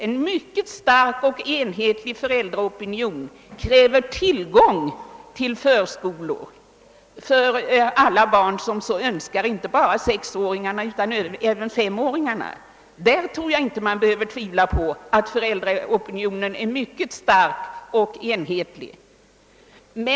En mycket stark och enhetlig föräldraopinion kräver tillgång till förskolor för alla barn som:så önskar — inte bara för sexåringarna utan även för femåringarna.